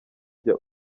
jya